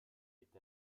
est